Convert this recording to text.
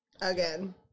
again